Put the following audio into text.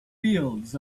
fields